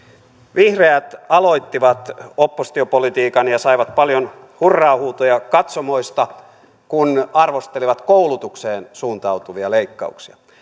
vihreät aloittivat oppositiopolitiikan ja saivat paljon hurraa huutoja katsomoista kun arvostelivat koulutukseen suuntautuvia leikkauksia